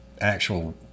actual